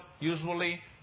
usually